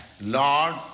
Lord